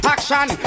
Action